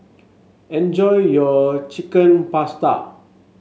enjoy your Chicken Pasta